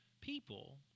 people